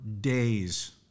days